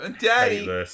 Daddy-